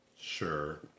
Sure